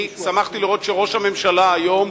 אני שמחתי לראות שראש הממשלה היום,